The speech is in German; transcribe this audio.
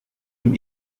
dem